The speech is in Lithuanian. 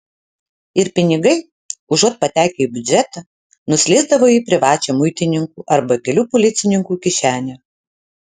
ir pinigai užuot patekę į biudžetą nuslysdavo į privačią muitininkų arba kelių policininkų kišenę